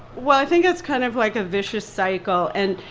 well, i think that's kind of like a vicious cycle. and,